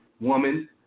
woman